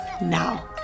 now